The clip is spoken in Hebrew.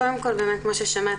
קודם כל באמת כמו ששמעתם,